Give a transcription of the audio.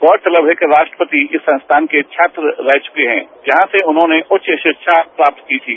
गौरतलब है कि राष्ट्रपति इस संस्थान के छात्र रह चुके है जहां से उन्होंने उच्च शिक्षा प्राप्त की थी